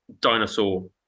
dinosaur